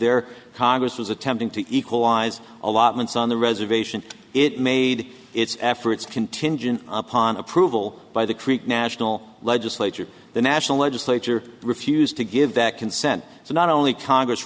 there congress was attempting to equalize allotments on the reservation it made its efforts contingent upon approval by the creek national legislature the national legislature refused to give that consent so not only congress